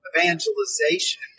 Evangelization